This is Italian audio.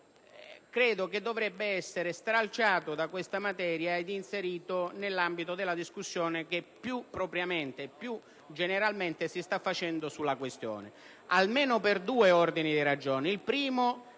locali dovrebbe essere stralciato da questa materia e inserito nell'ambito della discussione che più propriamente e generalmente si sta facendo sulla questione, almeno per due ordini di ragioni.